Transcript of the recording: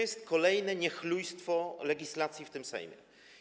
Jest to kolejne niechlujstwo legislacyjne w tym Sejmie.